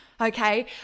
okay